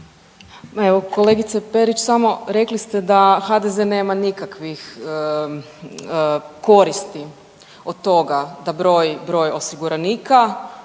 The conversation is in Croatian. evo, kolegice Perić samo rekli ste da HDZ nema nikakvih koristi od toga da broji broj osiguranika